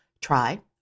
try